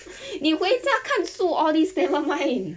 你回家看树 all these nevermind